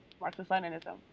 Marxist-Leninism